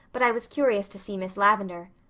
but i was curious to see miss lavendar.